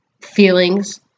feelings